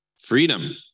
freedom